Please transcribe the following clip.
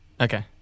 Okay